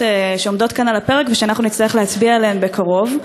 שעומדות כאן על הפרק, שנצטרך להצביע עליהן בקרוב.